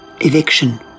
Eviction